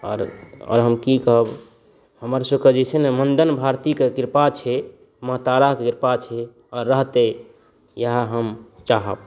आर हम की कहब हमर सबके जे छै ने मण्डन भारतीक कृपा छै माँ ताराके कृपा छै आ रहतै इएह हम चाहब